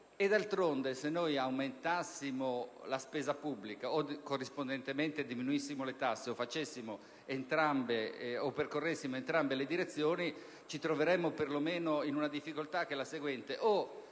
se aumentassimo la spesa pubblica o corrispondentemente diminuissimo le tasse o percorressimo entrambe le direzioni, ci troveremmo per lo meno in una difficoltà che è la seguente: